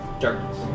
darkness